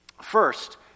First